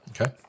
okay